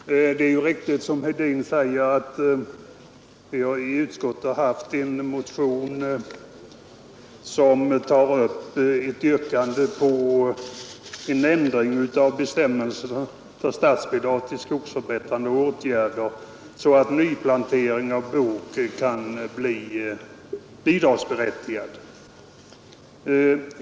Herr talman! Det är riktigt som herr Hedin säger att vi i utskottet har behandlat en motion med yrkande på en ändring av bestämmelserna för statsbidrag till skogsförbättrande åtgärder så att nyplantering av bok kan bli bidragsberättigad.